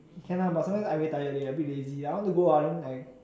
can lah sometime I very tired a bit lazy I want to go but then like